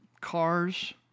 cars